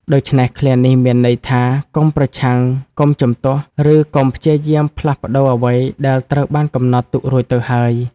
ដូច្នេះ ឃ្លានេះមានន័យថា កុំប្រឆាំង កុំជំទាស់ ឬកុំព្យាយាមផ្លាស់ប្តូរអ្វីដែលត្រូវបានកំណត់ទុករួចទៅហើយ។